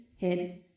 head